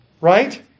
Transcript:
Right